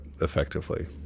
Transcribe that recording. effectively